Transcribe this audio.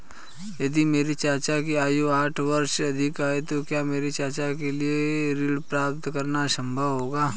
यदि मेरे चाचा की आयु साठ वर्ष से अधिक है तो क्या मेरे चाचा के लिए ऋण प्राप्त करना संभव होगा?